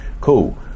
Cool